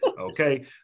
Okay